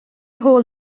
hôl